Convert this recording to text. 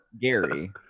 Gary